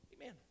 Amen